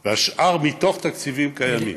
והשאר, מתוך תקציבים קיימים.